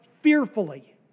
fearfully